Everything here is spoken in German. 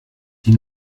die